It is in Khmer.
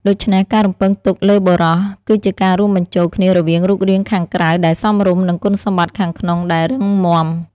ដូច្នេះ ការរំពឹងទុកលើបុរស គឺជាការរួមបញ្ចូលគ្នារវាងរូបរាងខាងក្រៅដែលសមរម្យ និងគុណសម្បត្តិខាងក្នុងដែលរឹងមាំ។